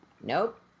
Nope